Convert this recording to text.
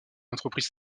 entreprise